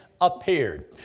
appeared